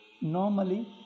normally